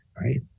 right